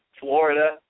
Florida